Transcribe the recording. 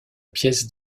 pièces